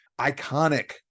iconic